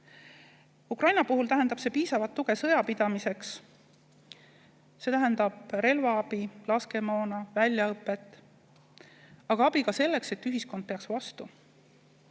Ukraina puhul tähendab see piisavat tuge sõjapidamiseks. See tähendab relvaabi, laskemoona, väljaõpet. Aga abi ka selleks, et ühiskond peaks vastu.